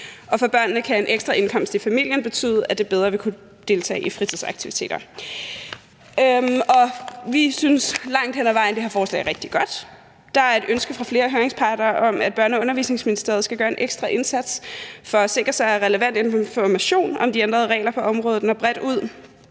og for børnene kan en ekstra indkomst i familien betyde, at de bedre vil kunne deltage i fritidsaktiviteter. Vi synes langt hen ad vejen, at det her forslag er rigtig godt. Der er et ønske fra flere høringsparter om, at Børne- og Undervisningsministeriet skal gøre en ekstra indsats for at sikre sig, at relevant information om de ændrede regler på området når bredt ud